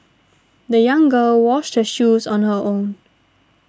the young girl washed her shoes on her own